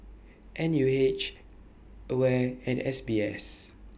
N U H AWARE and S B S